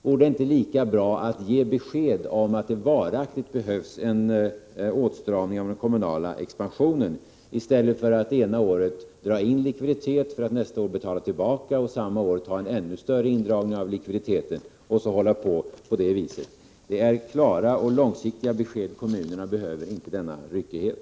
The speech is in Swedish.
Vore det inte lika bra att ge besked om att det varaktigt behövs en åtstramning av den kommunala expansionen i stället för att ena året dra in likviditeten för att nästa år betala tillbaka pengarna och samma år göra en ännu större indragning av likviditeten? Så får man fortsätta. Det är klara och långsiktiga besked kommunerna behöver, inte denna ryckighet!